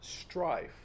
strife